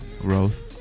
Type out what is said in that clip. growth